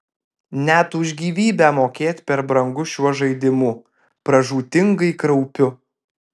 net už gyvybę mokėt per brangu šiuo žaidimu pražūtingai kraupiu